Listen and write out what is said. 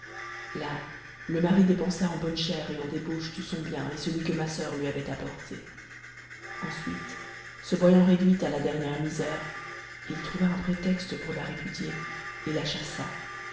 là le mari dépensa en bonne chère et en débauche tout son bien et celui que ma soeur lui avait apporté ensuite se voyant réduit à la dernière misère il trouva un prétexte pour la répudier et la chassa